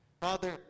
Father